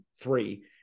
three